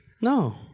No